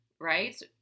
right